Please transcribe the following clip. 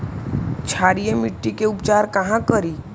क्षारीय मिट्टी के उपचार कहा करी?